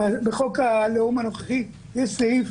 בחוק הלאום הנוכחי יש סעיף,